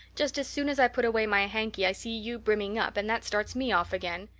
just as soon as i put away my hanky i see you brimming up and that starts me off again.